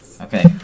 Okay